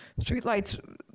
Streetlights